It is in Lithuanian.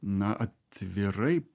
na atvirai